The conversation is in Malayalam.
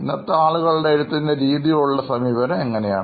ഇന്നത്തെ ആളുകളുടെ എഴുത്തിൻറെ രീതിയോടുള്ള സമീപനം എങ്ങനെയാണ്